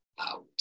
out